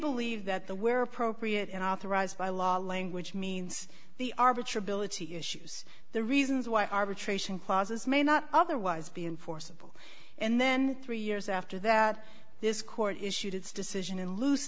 believe that the where appropriate and authorized by law language means the arbiter ability issues the reasons why arbitration clauses may not otherwise be enforceable and then three years after that this court issued its decision and loose